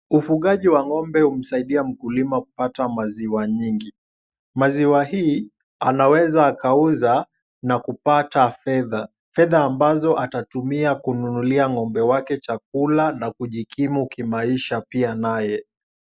Ufugaji wa ng’ombe umemsaidia mkulima kupata maziwa nyingi. Maziwa hii anaweza akuuza na kupata fedha, fedha ambazo atatumia kununulia ng’ombe wake chakula na kujikimu kimaisha pia naye.